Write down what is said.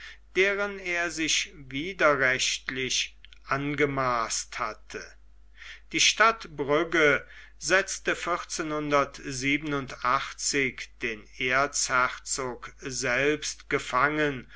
deren er sich widerrechtlich angemaßt hatte die stadt brügge setzte den erzherzog selbst gefangen